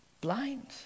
blind